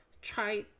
Try